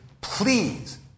please